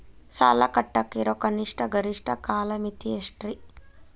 ಸಾಲ ಕಟ್ಟಾಕ ಇರೋ ಕನಿಷ್ಟ, ಗರಿಷ್ಠ ಕಾಲಮಿತಿ ಎಷ್ಟ್ರಿ?